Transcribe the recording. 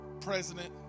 President